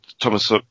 Thomas